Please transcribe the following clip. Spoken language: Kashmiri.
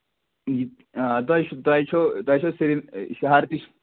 تۄہہِ توہہِ تۄہہِ چھُو سری شَہر تہِ